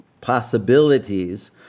possibilities